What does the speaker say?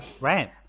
right